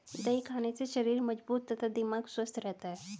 दही खाने से शरीर मजबूत तथा दिमाग स्वस्थ रहता है